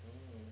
um